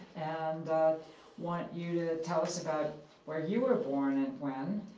and want you to tell us about where you were born and when,